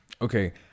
okay